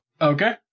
Okay